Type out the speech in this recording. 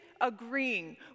Agreeing